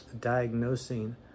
diagnosing